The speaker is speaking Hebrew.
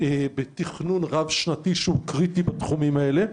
בתכנון רב שנתי שהוא קריטי בתחומים הללו.